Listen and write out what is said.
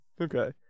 Okay